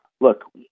look